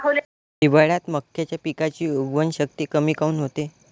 हिवाळ्यात मक्याच्या पिकाची उगवन शक्ती कमी काऊन होते?